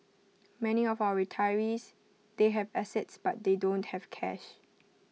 many of our retirees they have assets but they don't have cash